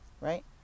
Right